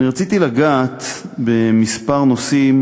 רציתי לגעת בכמה נושאים